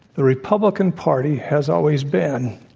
the republican party has always been,